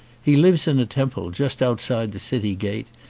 he lives in a temple just outside the city gate,